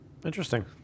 Interesting